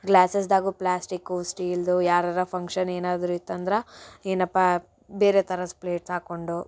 ಗ್ಲಾಸಸ್ದಾಗೂ plastic ಸ್ಟೀಲ್ದು ಯಾರರೂ function ಏನಾದರೂ ಇತ್ತಂದ್ರೆ ಏನಪ್ಪ ಬೇರೆ ಥರ ಪ್ಲೇಟ್ಸ್ ಹಾಕ್ಕೊಂಡು